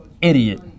idiot